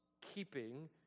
keeping